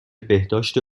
بهداشت